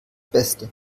beste